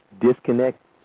disconnect